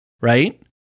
right